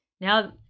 Now